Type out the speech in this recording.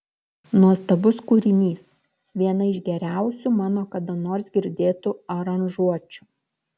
nuostabus kūrinys viena iš geriausių mano kada nors girdėtų aranžuočių